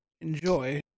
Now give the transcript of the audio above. enjoy